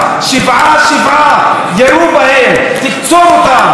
שבעה-שבעה ירו בהם: תקצור אותם,